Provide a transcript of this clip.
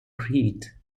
crete